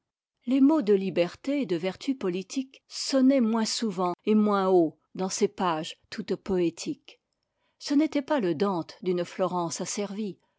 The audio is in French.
les mots de liberté et de vertu politique sonnaient moins souvent et moins haut dans ses pages toutes poétiques ce n'était pas le dante d'une florence asservie